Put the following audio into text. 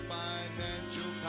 financial